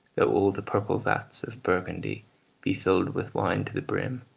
though all the purple vats of burgundy be filled with wine to the brim,